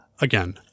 again